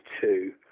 two